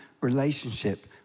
relationship